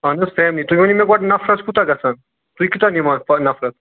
اہن حظ فیملی تُہۍ ؤنِو مےٚ گۄڈٕ نَفرَس کوٗتاہ گَژھان تُہۍ کوتاہ نِوان نفرَس